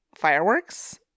fireworks